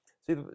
See